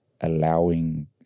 allowing